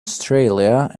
australia